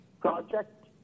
project